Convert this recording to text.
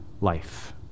life